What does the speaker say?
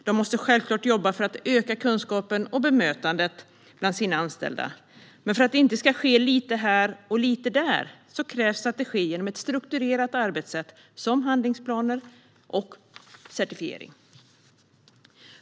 De måste självklart jobba för att öka kunskapen och förbättra bemötandet bland sina anställda, men för att detta inte ska ske lite här och lite där krävs ett strukturerat arbetssätt med till exempel handlingsplaner och certifiering.